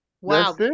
Wow